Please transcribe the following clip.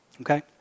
Okay